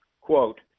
Quote